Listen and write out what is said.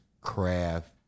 craft